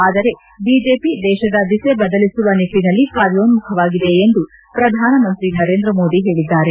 ಆದರೆ ಬಿಜೆಪಿ ದೇತದ ದಿಸೆ ಬದಲಿಸುವ ನಿಟ್ಟನಲ್ಲಿ ಕಾರ್ಯೋನ್ಸುಖವಾಗಿದೆ ಎಂದು ಪ್ರಧಾನಮಂತ್ರಿ ನರೇಂದ್ರ ಮೋದಿ ಹೇಳಿದ್ದಾರೆ